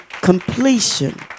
completion